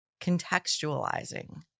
contextualizing